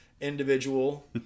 individual